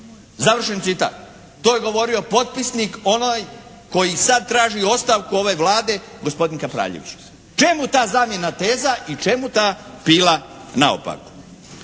završen citat. To je govorio potpisnik onaj koji sad traži ostavku ove Vlade, gospodin Kapraljević. Čemu ta zamjena teza i čemu ta pila naopako?